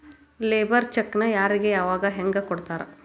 Labour ಚೆಕ್ಕ್ನ್ ಯಾರಿಗೆ ಯಾವಗ ಹೆಂಗ್ ಕೊಡ್ತಾರ?